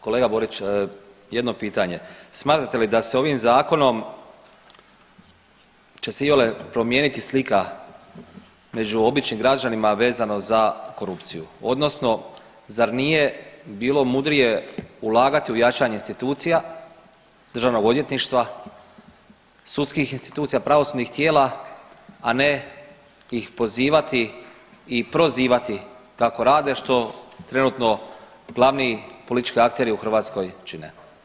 Kolega Borić, jedno pitanje, smatrate li da se ovim zakonom će se iole promijeniti slika među običnim građanima vezano za korupciju odnosno zar nije bilo mudrije ulagati u jačanje institucija državnog odvjetništva, sudskih institucija, pravosudnih tijela, a ne ih pozivati i prozivati kako rade što trenutno glavni politički akteri u Hrvatskoj čine?